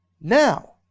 now